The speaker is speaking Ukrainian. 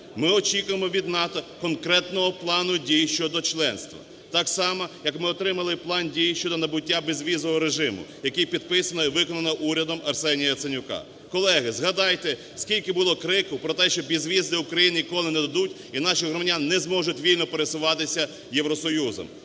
Ми очікуємо від НАТО конкретного плану дій щодо членства. Так само, як ми отримали план дій щодо набуття безвізового режиму, який підписано і виконано урядом Арсенія Яценюка. Колеги, згадайте, скільки було крику про те, що безвіз для України ніколи не нададуть і наші громадяни не зможуть вільно пересуватися Євросоюзом.